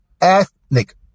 ethnic